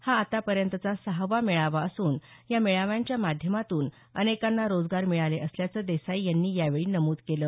हा आतापर्यंतचा सहावा मेळावा असून या मेळाव्यांच्या माध्यमातून अनेकांना रोजगार मिळाले असल्याचं देसाई यांनी यावेळी नमूद केलं